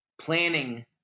planning